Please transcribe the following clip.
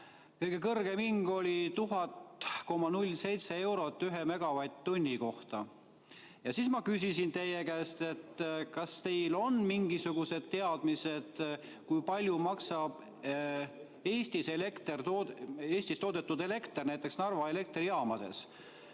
kõige kõrgem hind oli 1000,07 eurot ühe megavatt-tunni eest. Ja siis ma küsisin teie käest, kas teil on mingisugused teadmised, kui palju maksab Eestis toodetud elekter, näiteks Narva elektrijaamades.